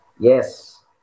Yes